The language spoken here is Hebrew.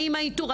האם האיתור?